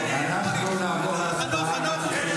אנחנו נעבור להצבעה.